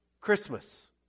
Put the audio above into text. Christmas